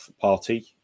party